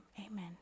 amen